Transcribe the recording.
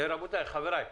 חבריי,